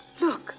Look